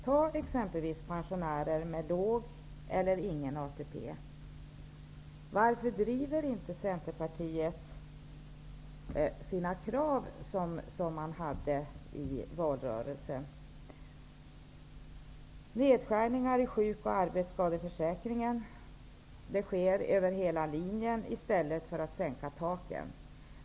Man kan som exempel ta pensionärer med låg eller ingen ATP. Varför driver inte Centerpartiet de krav som man hade i valrörelsen? Det har skett nedskärningar i sjuk och arbetsskadeförsäkringen. De sker över hela linjen i stället för att man sänker taken.